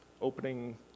opening